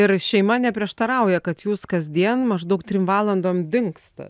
ir šeima neprieštarauja kad jūs kasdien maždaug trim valandom dingstat